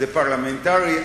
זה פרלמנטרי,